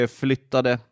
flyttade